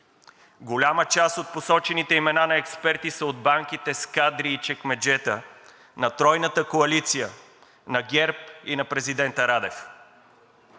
Голяма част от посочените имена на експерти са от банките с кадри и чекмеджета на Тройната коалиция, на ГЕРБ и на президента Радев.